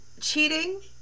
cheating